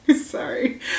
Sorry